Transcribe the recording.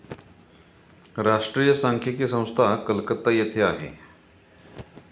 राष्ट्रीय सांख्यिकी संस्था कलकत्ता येथे आहे